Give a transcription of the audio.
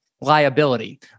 liability